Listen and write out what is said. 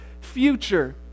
future